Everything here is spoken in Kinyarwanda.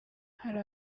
hari